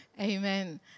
Amen